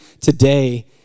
today